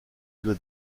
doit